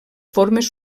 formes